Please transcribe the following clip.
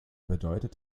bedeutet